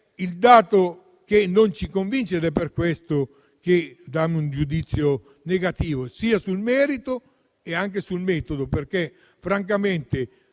il dato che non ci convince ed è per questo che diamo un giudizio negativo sia sul merito che sul metodo. La questione